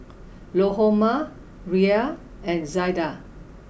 Lahoma Rian and Zelda